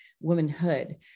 womanhood